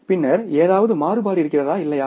பின்னர் ஏதாவது மாறுபாடு இருக்கிறதா இல்லையா